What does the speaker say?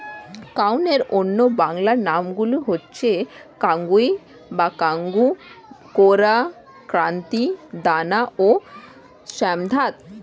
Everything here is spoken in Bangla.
কাউনের অন্য বাংলা নামগুলো হচ্ছে কাঙ্গুই বা কাঙ্গু, কোরা, কান্তি, দানা ও শ্যামধাত